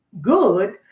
Good